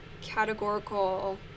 categorical